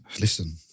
Listen